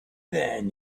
then